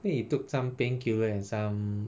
think you took some painkiller and some